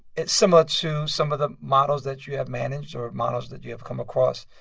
it's similar to some of the models that you have managed or models that you have come across.